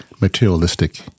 materialistic